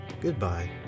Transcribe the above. goodbye